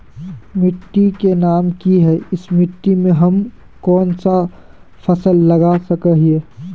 मिट्टी के नाम की है इस मिट्टी में हम कोन सा फसल लगा सके हिय?